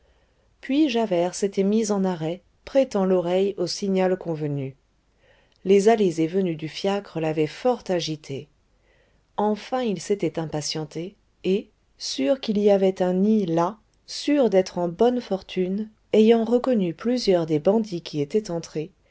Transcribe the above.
puis javert s'était mis en arrêt prêtant l'oreille au signal convenu les allées et venues du fiacre l'avaient fort agité enfin il s'était impatienté et sûr qu'il y avait un nid là sûr d'être en bonne fortune ayant reconnu plusieurs des bandits qui étaient entrés